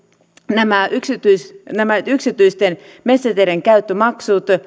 nämä yksityisten nämä yksityisten metsäteiden käyttömaksut